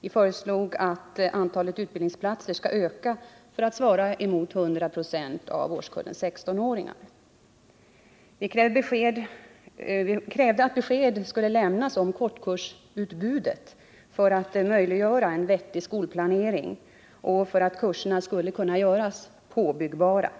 Vi föreslog att antalet utbildningsplatser skall öka för att svara mot 100 94 av årskullen 16-åringar. Vi krävde att besked skulle lämnas om kortkursutbudet, för att möjliggöra en vettig skolplanering och för att kurserna skulle kunna göras påbyggbara.